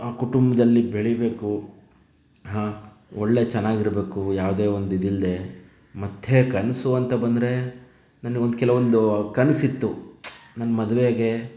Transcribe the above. ಕುಟುಂಬದಲ್ಲಿ ಬೆಳೆಯಬೇಕು ಒಳ್ಳೆ ಚೆನ್ನಾಗಿ ಇರಬೇಕು ಯಾವುದೇ ಒಂದು ಇದಿಲ್ಲದೆ ಮತ್ತೆ ಕನಸು ಅಂತ ಬಂದರೆ ನನಗೊಂದು ಕೆಲವೊಂದು ಕನಸಿತ್ತು ನನ್ನ ಮದುವೆಗೆ